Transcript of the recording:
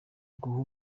guha